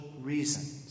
reasons